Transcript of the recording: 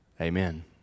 Amen